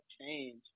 change